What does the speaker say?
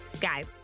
Guys